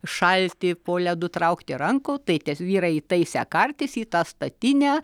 šalti po ledu traukti rankų tai tie vyrai įtaisę kartis į tą statinę